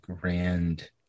grand